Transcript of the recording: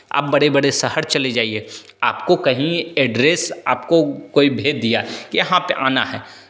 आप बड़े बड़े शहर चले जाइए आपको कहीं एड्रेस आपको कोई भेज दिया कि आपको यहाँ पे आना है